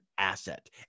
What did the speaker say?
asset